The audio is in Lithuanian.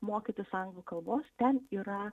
mokytis anglų kalbos ten yra